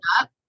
up